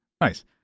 Nice